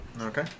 Okay